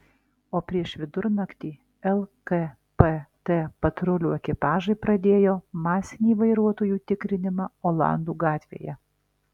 o prieš vidurnaktį lkpt patrulių ekipažai pradėjo masinį vairuotojų tikrinimą olandų gatvėje